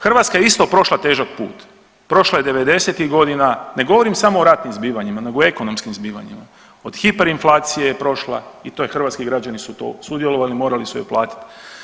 Hrvatska je isto prošla težak put, prošla je devedesetih godina, ne govorim samo o ratnim zbivanjima nego o ekonomskim zbivanjima od hiperinflacije je prošla i to je hrvatski građani su to sudjelovali morali su je platit.